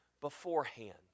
beforehand